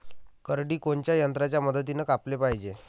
करडी कोनच्या यंत्राच्या मदतीनं कापाले पायजे?